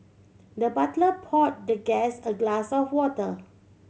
the butler pour the guest a glass of water